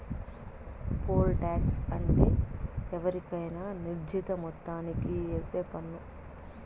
pole tax అంటే ఎవరికైనా నిర్ణీత మొత్తానికి ఏసే పన్ను